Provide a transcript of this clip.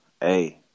Hey